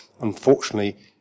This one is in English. unfortunately